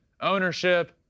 ownership